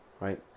right